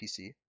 PC